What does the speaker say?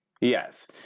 Yes